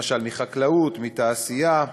למשל מחקלאות ומתעשייה,